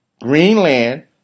Greenland